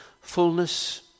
fullness